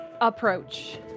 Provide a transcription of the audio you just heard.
approach